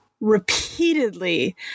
repeatedly